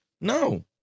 no